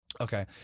Okay